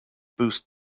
boost